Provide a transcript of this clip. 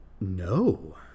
No